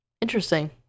Interesting